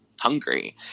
hungry